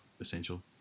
essential